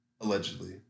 allegedly